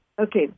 Okay